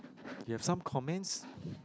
you have some comments